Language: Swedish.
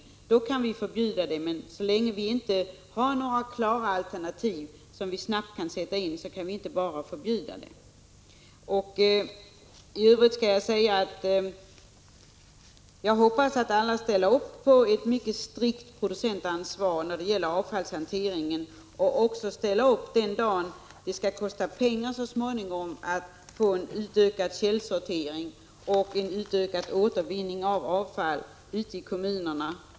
När vi har funnit ett alternativ, kan vi komma med förbud. Men så länge det inte finns några klara alternativ som innebär att sopförbränningen snabbt kan ersättas med någonting annat, kan vi inte bara förbjuda denna. I övrigt hoppas jag att alla ställer upp för ett mycket strikt producentansvar när det gäller avfallshanteringen. Det kommer att kosta pengar så småningom att utöka källsorteringen och återvinningen av avfall i kommunerna.